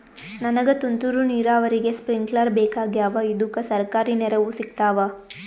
ನನಗ ತುಂತೂರು ನೀರಾವರಿಗೆ ಸ್ಪಿಂಕ್ಲರ ಬೇಕಾಗ್ಯಾವ ಇದುಕ ಸರ್ಕಾರಿ ನೆರವು ಸಿಗತ್ತಾವ?